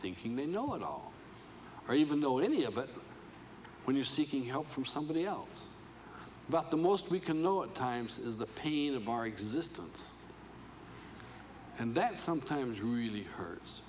thinking they know it all or even know any of it when you're seeking help from somebody else but the most we can know at times is the pain of our existence and that sometimes really hurts